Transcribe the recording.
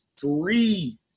three